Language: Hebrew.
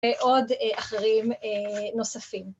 ‫ועוד אחרים נוספים.